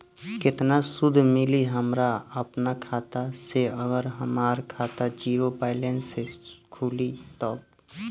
केतना सूद मिली हमरा अपना खाता से अगर हमार खाता ज़ीरो बैलेंस से खुली तब?